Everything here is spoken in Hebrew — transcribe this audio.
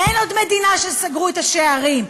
אין עוד מדינה שסגרו לה את השערים.